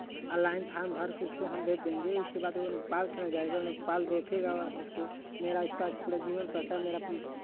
online form भर के उसको हम भेज देंगे उसके बाद देखेगा उसको मेरा उसका पूरा जीवन पढ़ता है मेरा